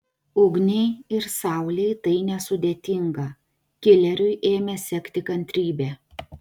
ugniai ir saulei tai nesudėtinga kileriui ėmė sekti kantrybė